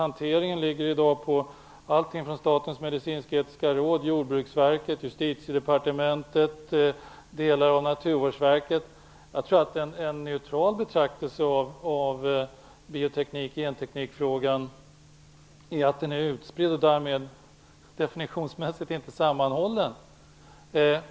Hanteringen ligger på allt från Statens medicinsk-etiska råd till Jordbruksverket, Justitiedepartementet och delar av Naturvårdsverket. Jag tror att en neutral betraktelse av bioteknik/genteknik-frågan visar på att verksamheten är utspridd och därmed definitionsmässigt inte sammanhållen.